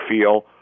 feel